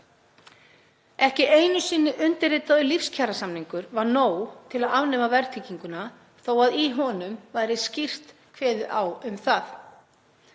Ekki einu sinni undirritaður lífskjarasamningur var nóg til að afnema verðtrygginguna þó að í honum væri skýrt kveðið á um það.